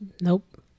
nope